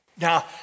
Now